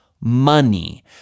money